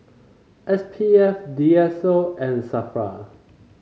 S P F D S O and Safra